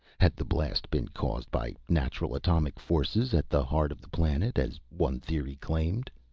had the blast been caused by natural atomic forces at the heart of the planet, as one theory claimed?